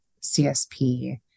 CSP